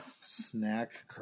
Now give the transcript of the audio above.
Snack